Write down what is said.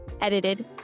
edited